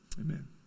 Amen